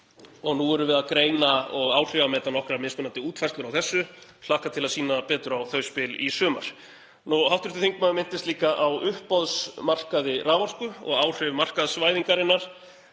Núna erum við að greina og áhrifameta nokkrar mismunandi útfærslur á þessu og ég hlakka til að sýna betur á þau spil í sumar. Hv. þingmaður minntist líka á uppboðsmarkaði raforku og áhrif markaðsvæðingarinnar.